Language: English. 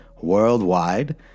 worldwide